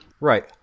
Right